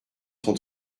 son